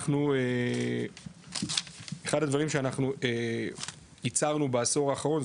שאחד הדברים שאנחנו ייצרנו בעשור האחרון,